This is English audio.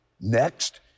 Next